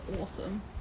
awesome